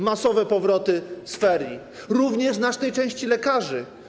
Masowe powroty z ferii, również znacznej części lekarzy.